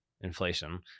inflation